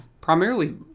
primarily